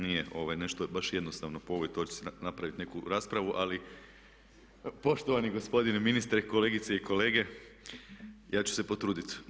Nije nešto baš jednostavno po ovoj točci napraviti neku raspravu ali poštovani gospodine ministre, kolegice i kolege ja ću se potruditi.